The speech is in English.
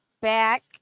back